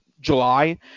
July